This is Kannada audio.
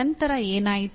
ನಂತರ ಏನಾಯಿತು